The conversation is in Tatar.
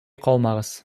калмагыз